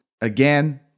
Again